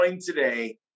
today